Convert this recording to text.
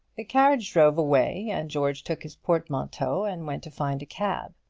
the carriage drove away, and george took his portmanteau and went to find cab.